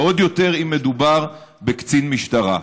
ועוד יותר אם מדובר בקצין משטרה.